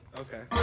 okay